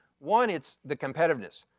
one, it's the competitiveness.